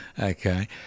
Okay